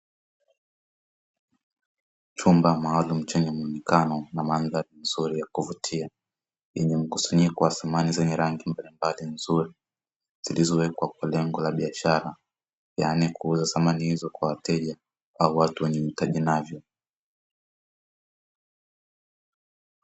Chumba maalumu chenye muonekano na mandhari nzuri ya kuvutia yenye mkusanyiko wa samani zenye rangi mbalimbali nzuri zilizowekwa kwa lengo la biashara, yaani kuuza samani hizo kwa wateja au watu wenye uhitaji navyo.